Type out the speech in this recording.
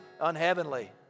unheavenly